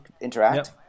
interact